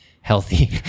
healthy